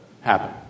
happen